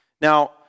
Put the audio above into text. Now